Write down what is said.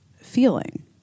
feeling